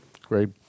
great